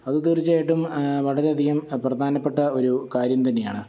അപ്പോൾ തീർച്ചയായിട്ടും വളരെ അധികം പ്രധാനപ്പെട്ട ഒരു കാര്യം തന്നെയാണ്